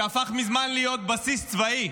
שהפך מזמן להיות בסיס צבאי,